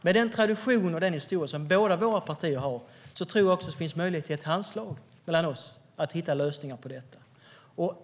Med den tradition och historia som våra båda partier har tror jag att det finns möjlighet till ett handslag mellan oss, Anders Ahlgren, för att hitta lösningar på detta.